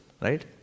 right